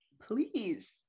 Please